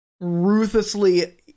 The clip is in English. ruthlessly